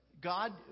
god